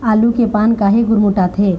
आलू के पान काहे गुरमुटाथे?